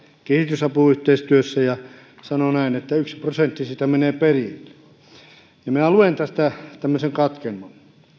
kehitysapuyhteistyössä ja sanoo näin että yksi prosentti siitä menee perille minä luen tästä tämmöisen katkelman